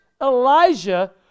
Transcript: Elijah